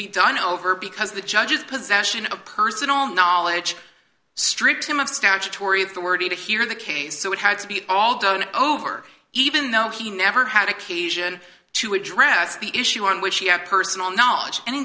be done over because the judges possession of personal knowledge stripped him of statutory authority to hear the case so it had to be all done over even though he never had occasion to address the issue on which he had personal knowledge an